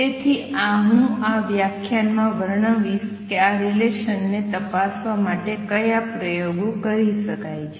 તેથી હું આ વ્યાખ્યાનમાં વર્ણવીશ કે આ રિલેસન ને તપાસવા માટે કયા પ્રયોગો કરી શકાય છે